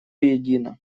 едино